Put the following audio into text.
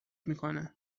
میکنه